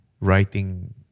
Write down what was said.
writing